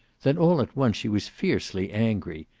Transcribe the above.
then, all at once, she was fiercely angry.